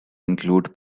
include